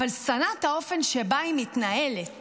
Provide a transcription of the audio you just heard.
אבל שנא את האופן שבה היא מתנהלת.